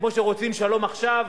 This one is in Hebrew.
כמו שרוצים שלום עכשיו,